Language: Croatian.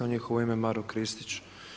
U njihovo ime Maro Kristić.